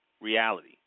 reality